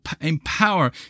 empower